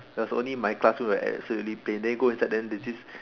there was only my classroom that is absolutely plain then you go inside then there's this